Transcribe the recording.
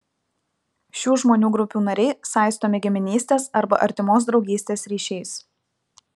šių žmonių grupių nariai saistomi giminystės arba artimos draugystės ryšiais